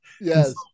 yes